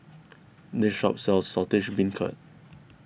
this shop sells Saltish Beancurd